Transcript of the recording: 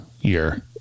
year